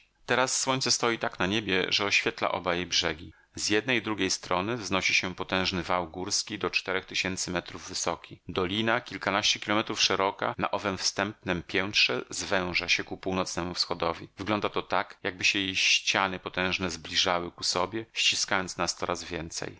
teraz słońce stoi tak na niebie że oświetla oba jej brzegi z jednej i drugiej strony wznosi się potężny wał górski do czterech tysięcy metrów wysoki dolina kilkanaście kilometrów szeroka na owem wstępnem piętrze zwęża się ku północnemu wschodowi wygląda to tak jakby się jej ściany potężne zbliżały ku sobie ściskając nas coraz więcej